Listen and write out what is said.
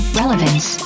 relevance